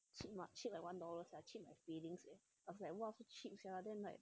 cheat my~ cheat my one dollars sia cheat my feelings I was like !whoa! so cheap sia then like